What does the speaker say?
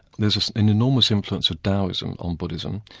there's an enormous influence of taoism on buddhism,